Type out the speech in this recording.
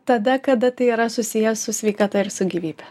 tada kada tai yra susiję su sveikata ir su gyvybe